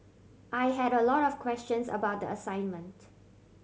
I had a lot of questions about the assignment